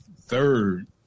third